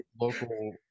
local